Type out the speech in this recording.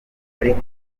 ariko